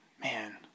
Man